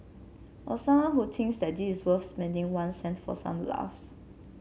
or someone who thinks that this worth spending one cent for some laughs